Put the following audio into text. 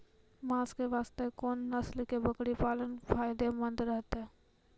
मांस के वास्ते कोंन नस्ल के बकरी पालना फायदे मंद रहतै?